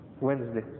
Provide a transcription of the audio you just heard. Wednesday